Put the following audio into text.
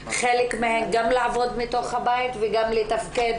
חלק מהן גם לעבוד מתוך הבית וגם לתפקד